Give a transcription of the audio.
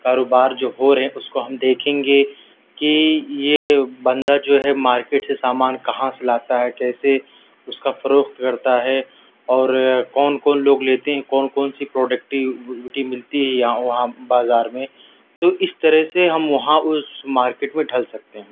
کاروبار جو ہو رہے ہیں اس کو ہم دیکھیں گے کہ یہ بندہ جو ہے مارکیٹ سے سامان کہاں سے لاتا ہے کیسے اس کا فروخت کرتا ہے اور کون کون لوگ لیتے ہیں کون کون سی پروڈکٹیوٹی ملتی ہے یہاں وہاں بازار میں تو اس طرح سے ہم وہاں اس مارکیٹ میں ڈھل سکتے ہیں